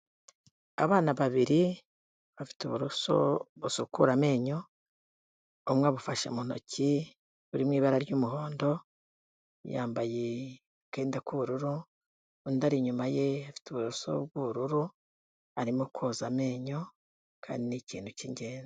Abana babiri bafite uburoso busukura amenyo, umwe abufashe mu ntoki buri mu ibara ry'umuhondo, yambaye akenda k'ubururu, undi ari inyuma ye afite uburoso b'ubururu arimo koza amenyo kandi ni ikintu cy'ingenzi.